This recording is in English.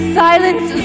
silence